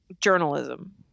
journalism